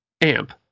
amp